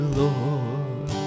lord